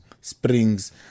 Springs